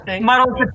Muddle